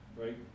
right